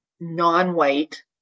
non-white